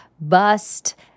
Bust